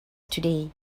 today